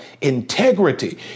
Integrity